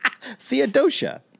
Theodosia